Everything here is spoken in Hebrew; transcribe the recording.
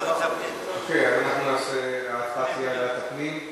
אוקיי, אז ההצבעה תהיה על התוכנית.